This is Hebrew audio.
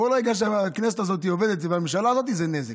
כל רגע שהכנסת הזאת והממשלה הזאת עובדות זה נזק.